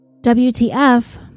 WTF